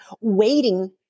Waiting